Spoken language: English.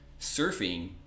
surfing